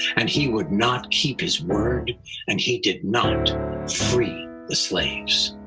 and he would not keep his word and he did not free the slaves.